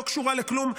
לא קשורה לכלום.